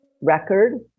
record